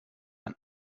ein